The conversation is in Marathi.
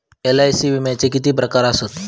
एल.आय.सी विम्याचे किती प्रकार आसत?